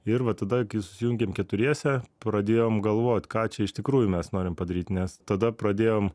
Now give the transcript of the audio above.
ir va tada kai susijungėm keturiese pradėjom galvot ką čia iš tikrųjų mes norim padaryt nes tada pradėjom